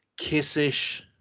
kissish